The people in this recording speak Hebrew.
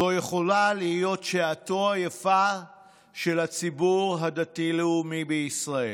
זו יכולה להיות שעתו היפה של הציבור הדתי-לאומי בישראל.